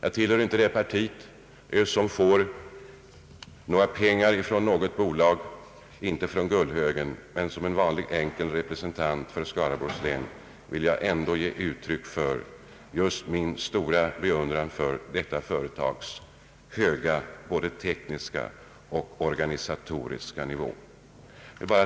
Jag tillhör inte det parti som får några pengar från något bolag — och inte från Gullhögen — men som en vanlig enkel representant för Skaraborgs län vill jag ändå ge uttryck för min stora beundran för detta företags höga både tekniska och organisatoriska nivå.